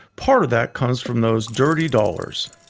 part of that comes from those dirty dollars.